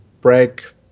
break